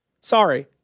Sorry